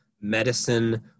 medicine